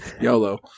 YOLO